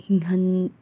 ꯍꯤꯡꯍꯟ